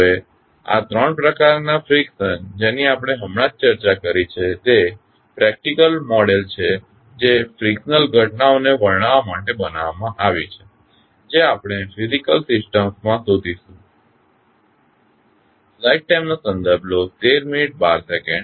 હવે આ ત્રણ પ્રકારના ફ્રીકશન જેની આપણે હમણાં જ ચર્ચા કરી છે તે પ્રેકટીકલ મોડેલ છે જે ફ્રીકશનલ ઘટનાઓ ને વર્ણવવા માટે બનાવવામાં આવી છે જે આપણે ફીઝીકલ સિસ્ટમ્સમાં શોધીએ છીએ